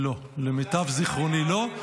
לא, למיטב זיכרוני לא.